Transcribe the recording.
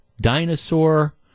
dinosaur